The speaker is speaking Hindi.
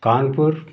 कानपुर